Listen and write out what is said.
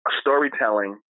Storytelling